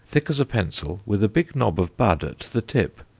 thick as a pencil, with a big knob of bud at the tip.